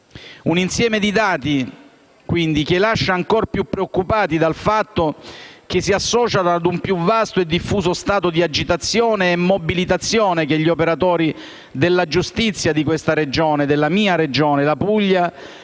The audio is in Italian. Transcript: Un insieme di dati, quindi, che lascia ancor più preoccupati per il fatto che si associano ad un più vasto e diffuso stato di agitazione e mobilitazione che gli operatori della giustizia di questa Regione, della mia Regione, la Puglia,